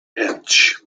edge